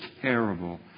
terrible